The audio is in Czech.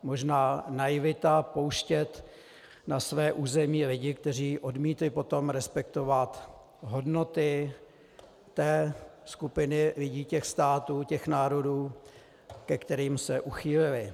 Možná naivita pouštět na své území lidi, kteří odmítli potom respektovat hodnoty té skupiny lidí, těch států, těch národů, ke kterým se uchýlili.